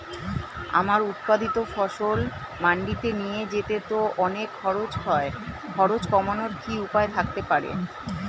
আমার উৎপাদিত ফসল মান্ডিতে নিয়ে যেতে তো অনেক খরচ হয় খরচ কমানোর কি উপায় থাকতে পারে?